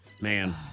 Man